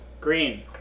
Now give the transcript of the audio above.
Green